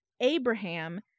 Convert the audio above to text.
Abraham